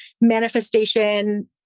manifestation